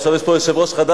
עכשיו יש פה יושב-ראש חדש,